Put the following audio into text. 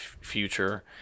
future